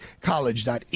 college.edu